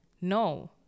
no